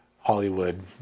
Hollywood